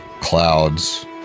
clouds